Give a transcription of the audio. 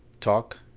talk